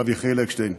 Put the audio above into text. הרב יחיאל אקשטיין.